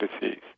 disease